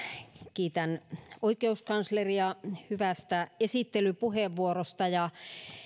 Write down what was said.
kiitän oikeuskansleria hyvästä esittelypuheenvuorosta ja